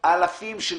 זו